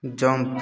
jump